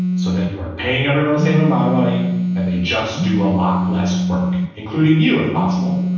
so that you are paying everyone the same amount of money and they just do a lot less work, including you, if possible.